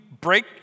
break